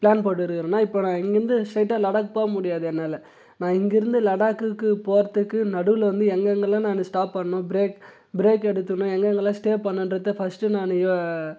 plan போட்டிருக்குறேன்னா இப்போ நான் இங்கிருந்து ஸ்ட்ரைட்டாக லடாக் போக முடியாது என்னால் நான் இங்கிருந்து லடாக்குக்கு போகிறத்துக்கு நடுவிலேருந்து எங்கெங்கெல்லாம் நான் ஸ்டாப் பண்ணணும் ப்ரேக் ப்ரேக் எடுத்துக்கணும் எங்கெங்கெல்லாம் ஸ்டே பண்ணணுங்றத ஃபஸ்ட்டு நான் யோ